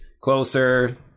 closer